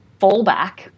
fallback